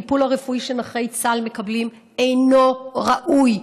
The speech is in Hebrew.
הטיפול הרפואי שנכי צה"ל מקבלים אינו ראוי.